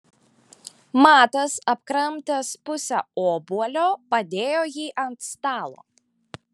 matas apkramtęs pusę obuolio padėjo jį ant stalo